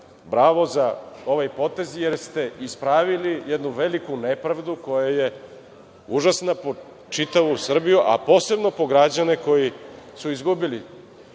bravo za ovaj potez, jer ste ispravili jednu veliku nepravdu koja je užasna po čitavu Srbiju, a posebno po građane koji su izgubili